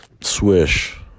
swish